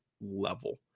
level